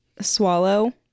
swallow